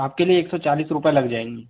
आपके लिए एक सौ चालीस रुपये लग जाएगी